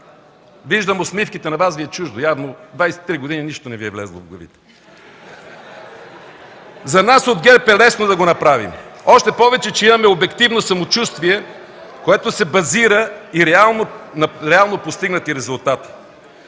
Виждам усмивките. На Вас Ви е чуждо. Явно 23 години нищо не Ви е влязло в главите! (Смях от ГЕРБ.) За нас от ГЕРБ е лесно да го направим, още повече че имаме обективно самочувствие, което се базира на реално постигнати резултати.